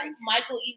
Michael